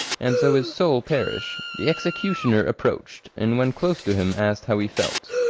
and so his soul perish. the executioner approached, and when close to him asked how he felt.